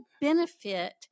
benefit